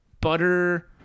butter